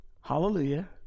Hallelujah